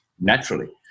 Naturally